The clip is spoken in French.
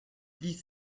dix